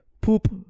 poop